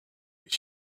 his